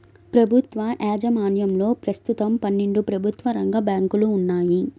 ప్రభుత్వ యాజమాన్యంలో ప్రస్తుతం పన్నెండు ప్రభుత్వ రంగ బ్యాంకులు ఉన్నాయి